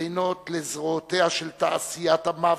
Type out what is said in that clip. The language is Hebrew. בינות לזרועותיה של תעשיית המוות,